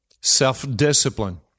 self-discipline